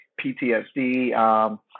PTSD